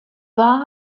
war